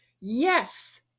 Yes